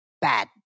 bad